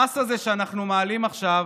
המס הזה שאנחנו מעלים עכשיו,